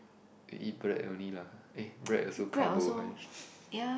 to eat bread only lah eh bread also carbo high